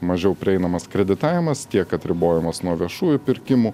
mažiau prieinamas kreditavimas tiek atribojimas nuo viešųjų pirkimų